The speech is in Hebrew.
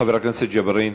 חבר הכנסת ג'בארין,